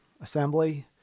assembly